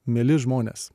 mieli žmonės